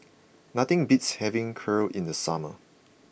nothing beats having Kheer in the summer